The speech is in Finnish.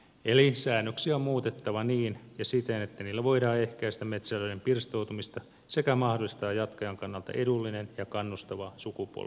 eli säännöksiä on muutettava siten että niillä voidaan ehkäistä metsätilojen pirstoutumista sekä mahdollistaa jatkajan kannalta edullinen ja kannustava sukupolvenvaihdos